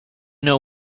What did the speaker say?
know